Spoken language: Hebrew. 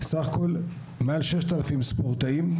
סך הכול מעל 6,000 ספורטאים,